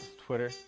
twitter.